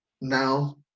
now